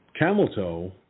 Cameltoe